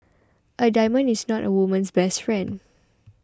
a diamond is not a woman's best friend